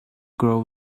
grow